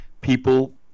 people